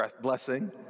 blessing